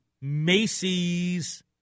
Macy's